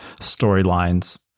storylines